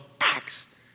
acts